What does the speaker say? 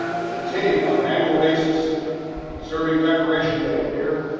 they continued on an annual basis observing decoration day. here,